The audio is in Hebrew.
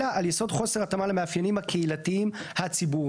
אלא על יסוד חוסר התאמה למאפיינים הקהילתיים הציבוריים.